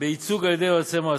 בייצוג על ידי יועצי מס,